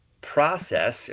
process